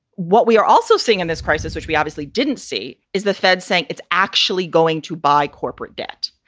what we are also seeing in this crisis, which we obviously didn't see, is the fed saying it's actually going to buy corporate debt.